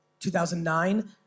2009